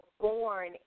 born